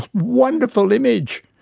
wonderful image.